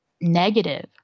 negative